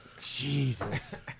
Jesus